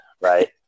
right